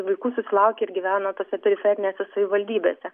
vaikų susilaukia ir gyvena tose periferinėse savivaldybėse